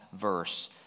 verse